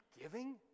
giving